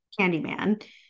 Candyman